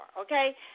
okay